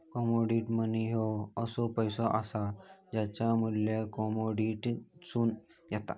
commodity money ह्यो असो पैसो असा ज्याचा मू्ल्य कमोडिटीतसून येता